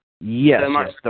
Yes